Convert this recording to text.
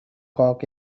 cock